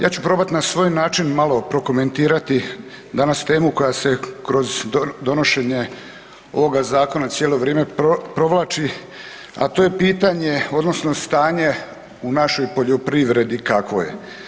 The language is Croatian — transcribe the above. Ja ću probati na svoj način malo prokomentirati danas temu koja se kroz donošenje ovoga zakona cijelo vrijeme provlači, a to je pitanje odnosno stanje u našoj poljoprivredi kakvo je.